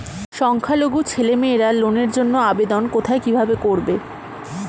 সংখ্যালঘু ছেলেমেয়েরা লোনের জন্য আবেদন কোথায় কিভাবে করবে?